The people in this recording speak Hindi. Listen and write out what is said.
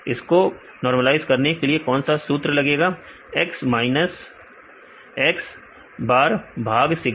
इसको को नॉर्मलाइज करने के लिए कौन सा सूत्र लगेगा x माइनस x बार भाग सिगमा